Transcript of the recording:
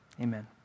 Amen